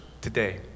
today